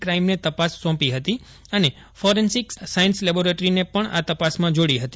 ક્રાઇમને તપાસ સોપી હતી અને ફોરેન્સીક સાયન્સ લેબોરેટરી ને પણ આ તપાસમાં જોડી હતી